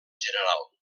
general